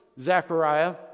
Zechariah